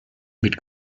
mit